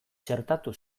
txertatu